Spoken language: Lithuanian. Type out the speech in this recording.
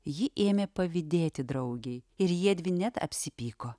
ji ėmė pavydėti draugei ir jiedvi net apsipyko